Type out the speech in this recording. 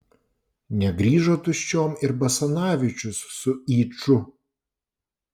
negrįžo tuščiom ir basanavičius su yču